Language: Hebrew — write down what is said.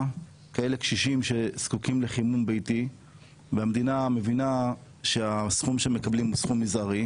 לקשישים שזקוקים לחימום ביתי והמדינה מבינה שהסכום שמקבלים הוא סכום מזערי,